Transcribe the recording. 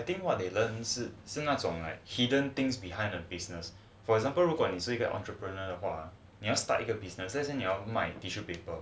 I think what they learn 是是那种 hidden things behind the business for example 你是 entrepreneur 的话你要 study 那个 business 但是你要卖 tissue paper